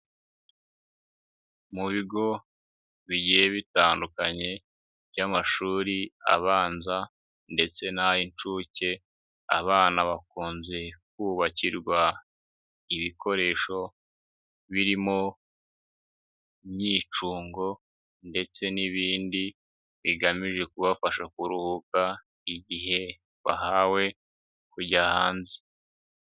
Mu bigo bigiye bitandukanye by'amashuri abanza ndetse n'ay'inshuke. Abana bakunze kubakirwa ibikoresho. Birimo: imyicungo ndetse n'ibindi, bigamije kubafasha kuruhuka igihe bahawe kujya hanze.